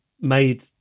made